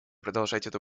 продолжать